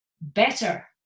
better